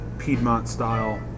Piedmont-style